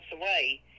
away